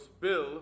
Bill